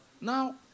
Now